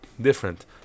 different